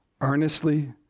Earnestly